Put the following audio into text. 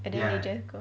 and then they just go